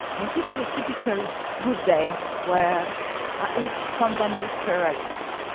and this is a typical good day, where i eat pandanus spiralis.